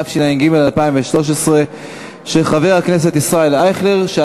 התשע"ג 2013. אני רוצה